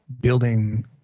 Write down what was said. building